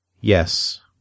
Yes